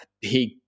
Big